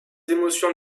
émotions